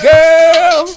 Girl